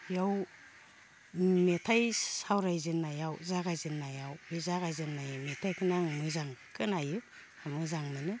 बेयाव मेथाइ सावराइ जेननायाव जागाय जेननायाव बे जागाय जेननाय मेथाइखोनो आं मोजां खोनायो बा मोजां मोनो